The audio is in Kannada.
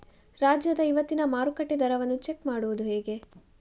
ರಾಜ್ಯದ ಇವತ್ತಿನ ಮಾರುಕಟ್ಟೆ ದರವನ್ನ ಚೆಕ್ ಮಾಡುವುದು ಹೇಗೆ?